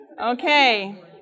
okay